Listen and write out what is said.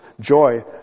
joy